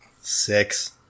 six